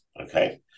okay